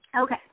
Okay